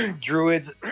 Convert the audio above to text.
druids